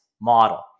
model